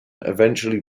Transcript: eventually